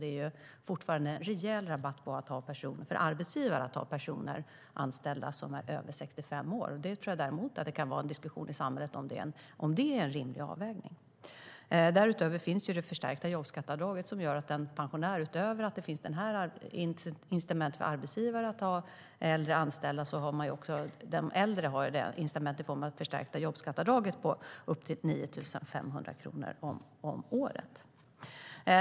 Det är fortfarande en rejäl rabatt för arbetsgivaren på att ha personer anställda som är över 65 år. Däremot kan det diskuteras ute i samhället om det är en rimlig avvägning. Därutöver finns det förstärkta jobbskatteavdraget som gör att för en anställd pensionär, utöver det här incitamentet, utgör det förstärkta jobbskatteavdraget för arbetsgivare upp till 9 500 kronor om året.